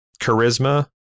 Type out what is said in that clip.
charisma